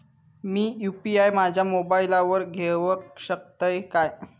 मी UPI माझ्या मोबाईलावर घेवक शकतय काय?